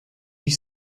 huit